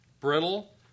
Brittle